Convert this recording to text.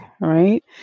right